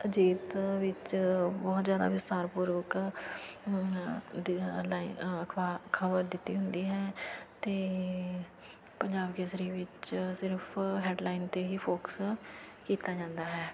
ਅਜੀਤ ਵਿੱਚ ਬਹੁਤ ਜ਼ਿਆਦਾ ਵਿਸਥਾਰਪੂਰਵਕ ਅਖਬਾ ਖ਼ਬਰ ਦਿੱਤੀ ਹੁੰਦੀ ਹੈ ਅਤੇ ਪੰਜਾਬ ਕੇਸਰੀ ਵਿੱਚ ਸਿਰਫ਼ ਹੈੱਡਲਾਈਨ 'ਤੇ ਹੀ ਫੋਕਸ ਕੀਤਾ ਜਾਂਦਾ ਹੈ